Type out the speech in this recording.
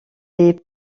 est